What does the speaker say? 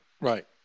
Right